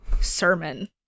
sermon